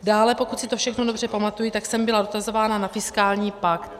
Dále, pokud si to všechno dobře pamatuji, tak jsem byla dotazována na fiskální pakt.